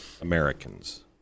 Americans